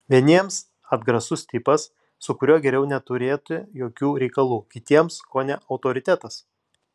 vieniems atgrasus tipas su kuriuo geriau neturėti jokių reikalų kitiems kone autoritetas